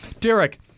Derek